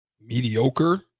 mediocre